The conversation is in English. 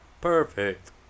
Perfect